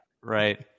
Right